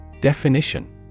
Definition